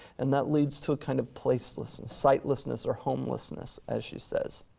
and that leads to a kind of placelessness, sitelessness, or homelessness, as she says.